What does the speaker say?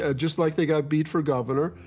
ah just like they got beat for governor,